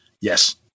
Yes